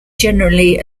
generally